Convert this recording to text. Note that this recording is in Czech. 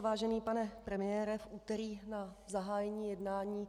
Vážený pane premiére, v úterý na zahájení jednání